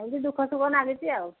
ଏମିତି ଦୁଃଖ ସୁଖ ଲାଗିଛି ଆଉ